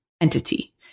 entity